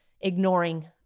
ignoring